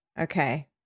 Okay